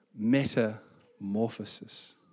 metamorphosis